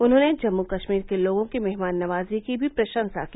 उन्होंने जम्मू कश्मीर के लोगों की मेहमान नवाजी की भी प्रशंसा की